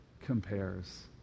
compares